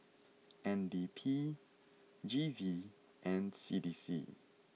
N D P G V and C D C